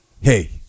hey